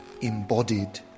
embodied